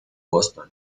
boston